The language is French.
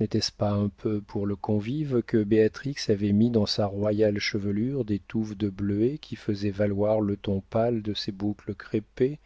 n'était-ce pas un peu pour le convive que béatrix avait mis dans sa royale chevelure des touffes de bleuets qui faisaient valoir le ton pâle de ses boucles crêpées